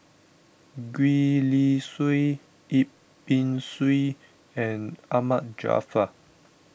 Gwee Li Sui Yip Pin Xiu and Ahmad Jaafar